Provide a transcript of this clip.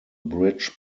bridge